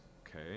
okay